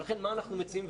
ולכן מה אנחנו מציעים?